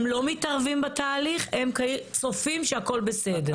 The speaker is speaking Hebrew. הם לא מתערבים בתהליך, הם צופים שהכול בסדר.